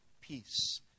peace